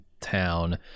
town